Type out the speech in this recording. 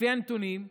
לפי הנתונים,